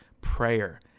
prayer